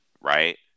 right